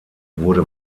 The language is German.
wurde